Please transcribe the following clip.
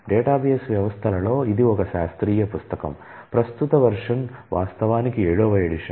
database వ్యవస్థలలో ఇది ఒక శాస్త్రీయ పుస్తకం ప్రస్తుత వెర్షన్ వాస్తవానికి ఏడవ ఎడిషన్